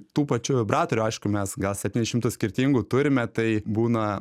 tų pačių vibratorių aišku mes gal septynis šimtus skirtingų turime tai būna